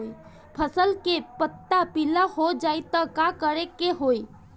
फसल के पत्ता पीला हो जाई त का करेके होई?